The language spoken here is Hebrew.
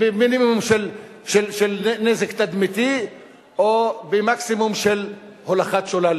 במינימום של נזק תדמיתי או במקסימום של הולכת שולל,